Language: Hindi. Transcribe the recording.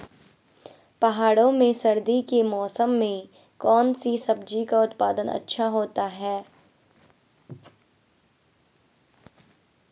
पहाड़ों में सर्दी के मौसम में कौन सी सब्जी का उत्पादन अच्छा होता है?